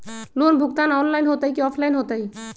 Loan भुगतान online होतई कि ऑफलाइन होतई?